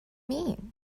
mean